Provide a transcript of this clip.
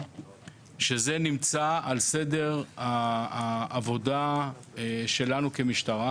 שזה נמצא על סדר העבודה שלנו כמשטרה,